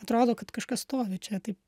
atrodo kad kažkas stovi čia taip